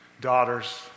daughters